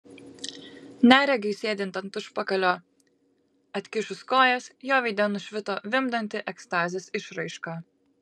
neregiui sėdint ant užpakalio atkišus kojas jo veide nušvito vimdanti ekstazės išraiška